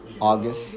August